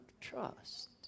trust